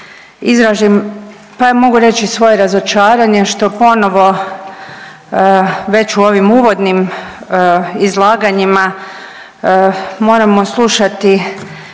izrazim, pa mogu reći, svoje razočarenje što ponovo već u ovim uvodnim izlaganjima moramo slušati